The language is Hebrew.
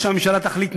ומה שהממשלה תחליט,